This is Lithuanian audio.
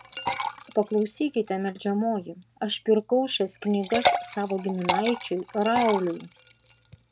paklausykite meldžiamoji aš pirkau šias knygas savo giminaičiui rauliui